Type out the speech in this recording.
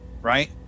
Right